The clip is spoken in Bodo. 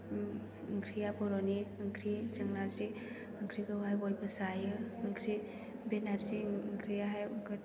ओंख्रिया बर'नि ओंख्रि जों नारजि ओंख्रिखौहाय बयबो जायो बे नारजि ओंख्रियाहाय